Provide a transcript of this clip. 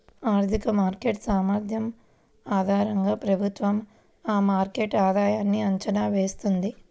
ఆర్థిక మార్కెట్ సామర్థ్యం ఆధారంగా ప్రభుత్వం ఆ మార్కెట్ ఆధాయన్ని అంచనా వేస్తుంది